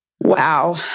Wow